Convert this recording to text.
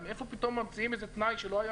אז מאיפה פתאום ממציאים תנאי שלא היה